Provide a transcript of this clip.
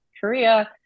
Korea